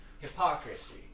Hypocrisy